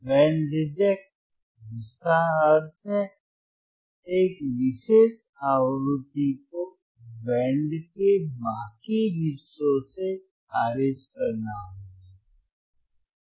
band reject जिसका अर्थ है एक विशेष आवृत्ति को बैंड के बाकी हिस्सों से खारिज करना होगा